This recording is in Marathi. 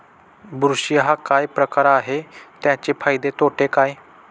बुरशी हा काय प्रकार आहे, त्याचे फायदे तोटे काय?